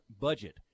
budget